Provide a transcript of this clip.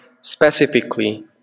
specifically